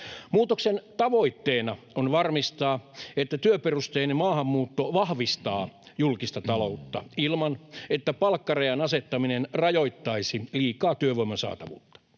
Muutoksen tavoitteena on varmistaa, että työperusteinen maahanmuutto vahvistaa julkista taloutta ilman, että palkkarajan asettaminen rajoittaisi liikaa työvoiman saatavuutta.